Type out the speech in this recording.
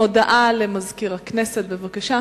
הודעה למזכיר הכנסת, בבקשה.